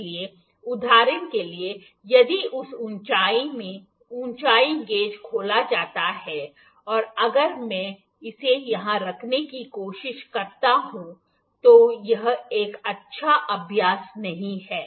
इसलिए उदाहरण के लिए यदि इस ऊंचाई में ऊंचाई गेज खोला जाता है और अगर मैं इसे यहां रखने की कोशिश करता हूं तो यह एक अच्छा अभ्यास नहीं है